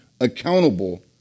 accountable